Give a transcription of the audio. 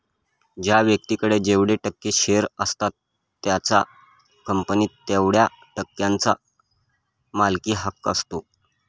ज्या व्यक्तीकडे जेवढे टक्के शेअर असतात त्याचा कंपनीत तेवढया टक्क्यांचा मालकी हक्क असतो